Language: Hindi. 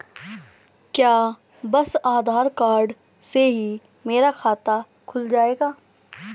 क्या बस आधार कार्ड से ही मेरा खाता खुल जाएगा?